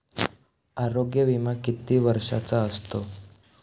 आरोग्य विमा किती वर्षांचा असतो?